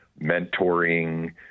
mentoring